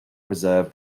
preserve